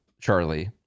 Charlie